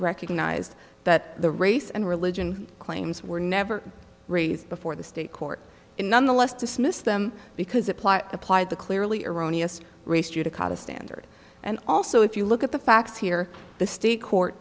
recognized that the race and religion claims were never raised before the state court nonetheless dismissed them because it applied the clearly erroneous race judicata standard and also if you look at the facts here the state court